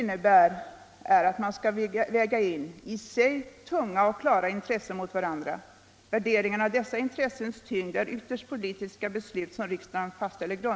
Jag har tidigare sagt att åtgärderna för att anpassa kostnaderna till energisparsyftet i mycket väsentliga delar beror på frivilliga initiativ.